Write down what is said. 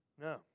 No